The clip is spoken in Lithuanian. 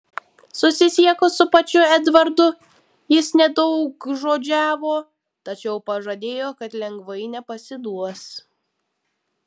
susisiekus su pačiu edvardu jis nedaugžodžiavo tačiau pažadėjo kad lengvai nepasiduos